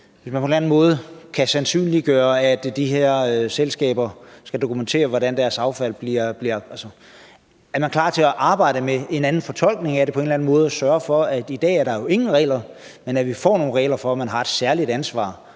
hvis man på en eller anden måde kan sandsynliggøre, at de her selskaber skal dokumentere, hvordan deres affald bliver håndteret, er klar til at arbejde med en anden fortolkning af det og på en eller anden måde sørge for – i dag er der jo ingen regler – at vi får nogle regler for, at man har et særligt ansvar